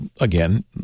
again